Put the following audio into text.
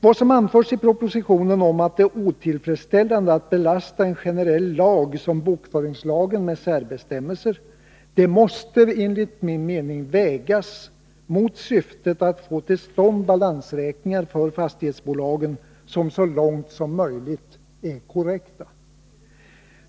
Vad som anförs i propositionen om att det är otillfredsställande att belasta en generell lag som bokföringslagen med särbestämmelser måste enligt min uppfattning vägas mot syftet att få till stånd balansräkningar för fastighetsbolagen, som så långt som möjligt är korrekta.